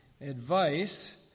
advice